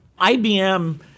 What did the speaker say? IBM